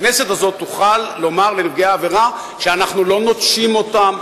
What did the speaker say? הכנסת הזאת תוכל לומר לנפגעי העבירה שאנחנו לא נוטשים אותם,